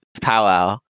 powwow